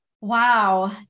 Wow